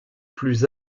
plus